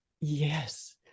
yes